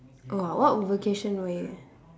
oh !wah! what vocation were you in